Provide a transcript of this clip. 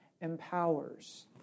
empowers